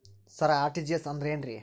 ಸರ RTGS ಅಂದ್ರ ಏನ್ರೀ?